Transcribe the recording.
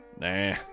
Nah